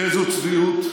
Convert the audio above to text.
איזו צביעות,